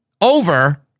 over